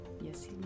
Yes